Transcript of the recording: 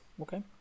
Okay